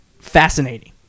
fascinating